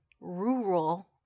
rural